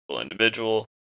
individual